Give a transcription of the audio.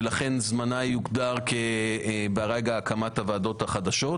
ולכן זמנה יוגדר ברגע הקמת הוועדות החדשות,